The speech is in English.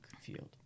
field